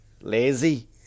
lazy